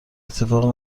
اتفاق